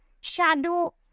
shadow